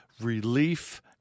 relief